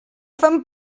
fan